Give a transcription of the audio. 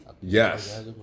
Yes